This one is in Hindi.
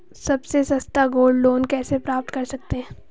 सबसे सस्ता गोल्ड लोंन कैसे प्राप्त कर सकते हैं?